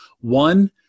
One